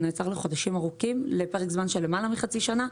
נעצר לחודשים ארוכים לפרק זמן של למעלה מחצי שנה,